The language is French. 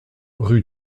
rue